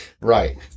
Right